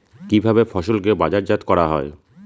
কিভাবে ফসলকে বাজারজাত করা হয়?